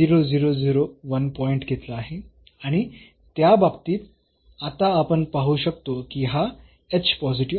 0001 point घेतला आहे आणि त्या बाबतीत आता आपण पाहू शकतो की हा h पॉझिटिव्ह आहे